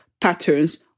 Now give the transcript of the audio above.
patterns